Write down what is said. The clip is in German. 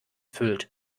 füllt